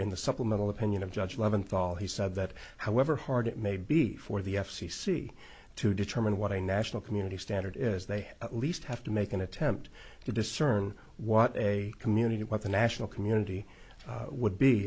in the supplemental opinion of judge leventhal he said that however hard it may be for the f c c to determine what a national community standard is they at least have to make an attempt to discern what a community what the national community would be